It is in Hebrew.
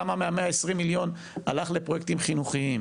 כמה מה-120 מיליון הלך לפרויקטים חינוכיים,